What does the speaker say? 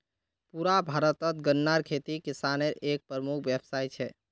पुरा भारतत गन्नार खेती किसानेर एक प्रमुख व्यवसाय छे